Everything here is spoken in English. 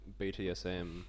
BTSM